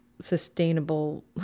sustainable